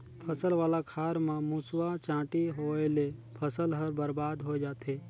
फसल वाला खार म मूसवा, चांटी होवयले फसल हर बरबाद होए जाथे